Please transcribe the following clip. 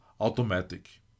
automatic